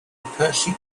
percy